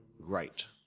great